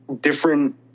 different